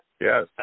Yes